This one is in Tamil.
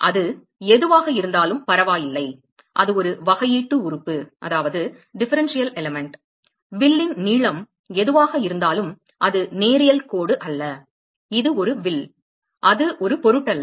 அது எதுவாக இருந்தாலும் பரவாயில்லை அது ஒரு வகையீட்டு உறுப்பு வில்லின் நீளம் எதுவாக இருந்தாலும் அது நேரியல் கோடு அல்ல இது ஒரு வில் அது ஒரு பொருட்டல்ல